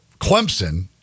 Clemson